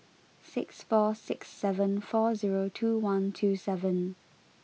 six four six seven four zero two one two seven